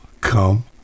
come